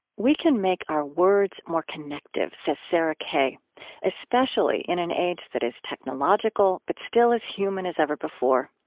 we can make our words more connective, says sarah kay especially in an age that is technological, but still as human as ever before.